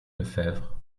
lefebvre